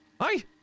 hi